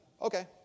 Okay